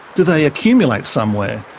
do they accumulate somewhere?